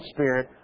Spirit